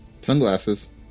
Sunglasses